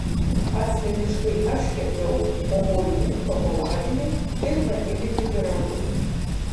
asmeniškai aš kepiau obuolių šokoladinį ir vanilinį pyragus